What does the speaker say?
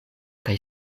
kaj